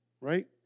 Right